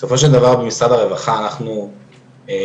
בסופו של דבר במשרד הרווחה אנחנו כמובן,